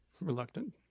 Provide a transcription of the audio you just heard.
reluctant